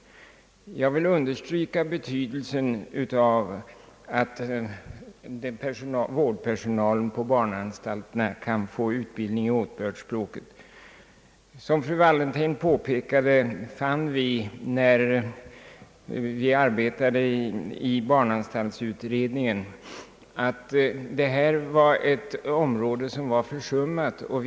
Jag vill understryka betydelsen av att vårdpersonalen på barnanstalterna kan få utbildning i åtbördsspråket. Som fru Wallentheim påpekade fann vi, när vi arbetade i barnanstaltsutredningen, att detta var ett försummat område.